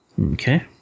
Okay